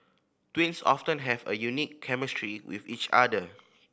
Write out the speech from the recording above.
twins often have a unique chemistry with each other